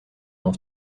mon